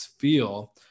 feel